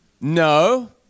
No